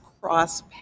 cross